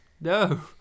No